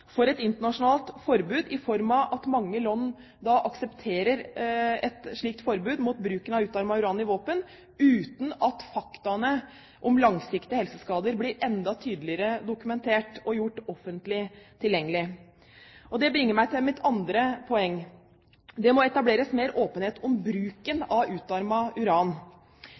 for et internasjonalt forbud i form av at mange land aksepterer et slikt forbud mot bruken av utarmet uran i våpen, uten at faktaene om langsiktige helseskader blir enda tydeligere dokumentert og gjort offentlig tilgjengelig. Det bringer meg til mitt andre poeng. Det må etableres mer åpenhet om bruken av utarmet uran.